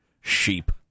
Sheep